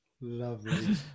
lovely